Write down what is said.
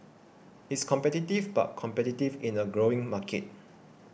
it's competitive but competitive in a growing market